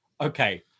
okay